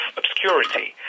obscurity